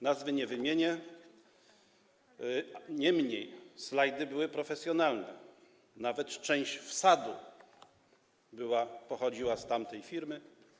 Nazwy nie wymienię, niemniej slajdy były profesjonalne, nawet część wsadu pochodziła z tamtej firmy.